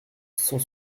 cent